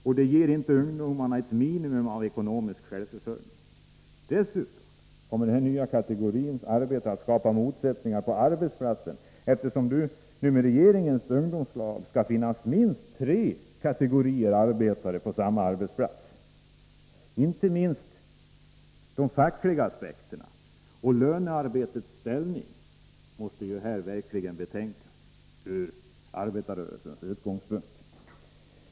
Ungdomarna garanteras inte ett minimum av ekonomisk självförsörjning. Dessutom kommer den här nya kategorin arbetare att skapa motsättningar på arbetsplatserna, eftersom det enligt regeringens förslag kommer att finnas minst tre kategorier arbetare på samma arbetsplats. Inte minst de fackliga aspekterna och lönearbetets ställning måste verkligen beaktas i det här sammanhanget, och då från arbetarrörelsens utgångspunkter.